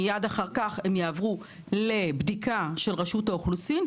מייד אחר כך הם יעברו לבדיקה של רשות האוכלוסין,